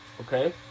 okay